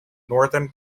northern